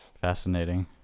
Fascinating